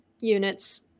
units